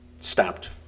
stopped